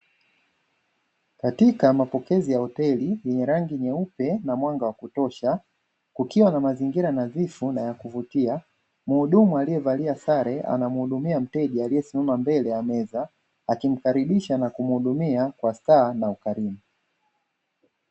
Katika mapokezi ya hoteli yenye rangi nyeupe na mwanga wa kutosha kukiwa na mazingira nadhifu na ya kuvutia, mhudumu alievalia sare anamhudumia mteja aliesimama mbele ya meza akimkaribisha na kumhudumia kwa staha na ukarimu.